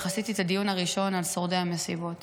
עשיתי את הדיון הראשון על שורדי המסיבות